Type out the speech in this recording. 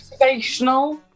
Motivational